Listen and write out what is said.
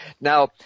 Now